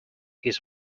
his